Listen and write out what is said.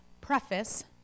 preface